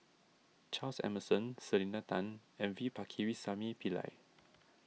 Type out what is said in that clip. Charles Emmerson Selena Tan and V Pakirisamy Pillai